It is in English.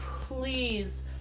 please